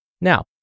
Now